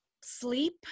sleep